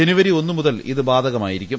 ജനുവരി ഒന്നു മുതൽ ഇത് ബാധകമായിരിക്കും